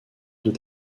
deux